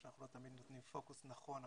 אנחנו לא תמיד נותנים פוקוס נכון,